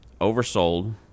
oversold